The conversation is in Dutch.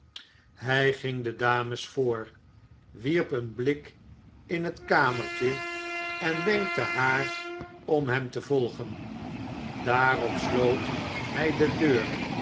hij ging de dames voor wierp een blik in het kamertje en wenkte haar om hem te volgen daarop sloot hij de deur